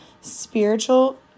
Spiritual